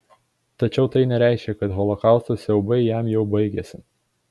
tačiau tai nereiškė kad holokausto siaubai jam jau baigėsi